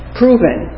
proven